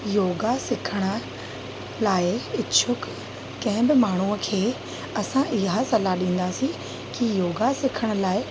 योगा सिखण लाइ इछुक कंहिं बि माण्हूअ खे असां इहा सलाह ॾींदासीं की योगा सिखण लाइ